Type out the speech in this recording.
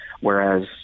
whereas